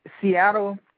Seattle